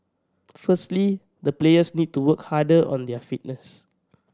firstly the players need to work harder on their fitness